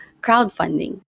crowdfunding